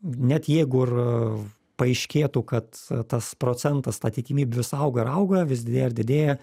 net jeigu ir paaiškėtų kad tas procentas ta tikimybė vis auga ir auga vis didėja ir didėja